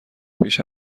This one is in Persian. پیش